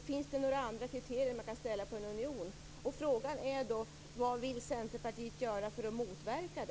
Behövs det något mer för att kriteriet på en union skall uppfyllas?